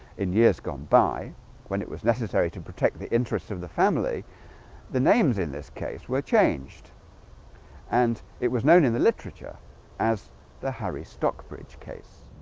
in years gone by when it was necessary to protect the interests of the family the names in this case were changed and it was known in the literature as the harry stockbridge case